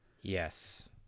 Yes